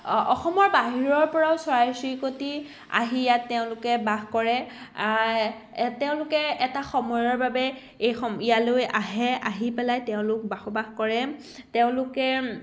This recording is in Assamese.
অসমৰ বাহিৰৰপৰাও চৰাই চিৰিকটি আহি ইয়াত তেওঁলোকে বাস কৰে তেওঁলোকে এটা সময়ৰ বাবে এই সম ইয়ালৈ আহে আহি পেলাই তেওঁলোক বসবাস কৰে তেওঁলোকে